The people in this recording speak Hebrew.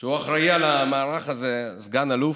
הוא אחראי למערך הזה, סגן אלוף.